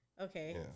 Okay